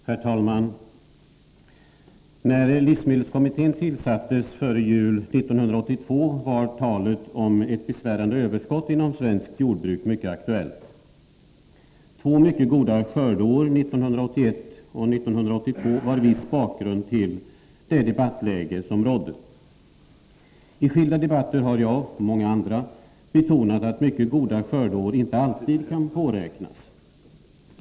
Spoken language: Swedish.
Herr talman! När livsmedelskommittén tillsattes före jul 1982 var talet om ett besvärande överskott inom svenskt jordbruk mycket aktuellt. Två mycket goda skördeår 1981 och 1982 var viss bakgrund till det debattläge som rådde. I skilda debatter har jag, och många andra, betonat att mycket goda skördeår inte alltid kan påräknas.